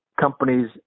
companies